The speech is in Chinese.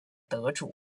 得主